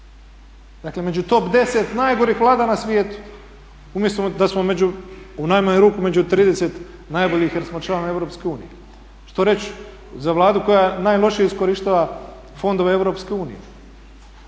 Znači među top 10 najgorih Vlada na svijetu. Umjesto da smo u najmanju ruku među 30 najboljih jer smo članovi EU. Što reći za Vladu koja najlošije iskorištava fondove EU? Što